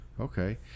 Okay